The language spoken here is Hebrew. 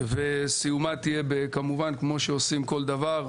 וסיומה תהיה כמובן כמו שעושים כל דבר,